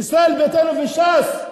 ישראל ביתנו וש"ס,